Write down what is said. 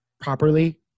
properly